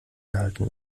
gehalten